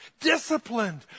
Disciplined